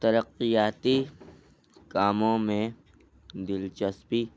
ترقیاتی کاموں میں دلچسپی